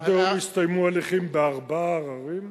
עד היום הסתיימו הליכים בארבעה עררים.